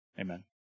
Amen